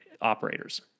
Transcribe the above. operators